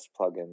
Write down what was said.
plugin